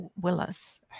Willis